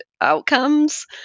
outcomes